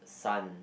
sun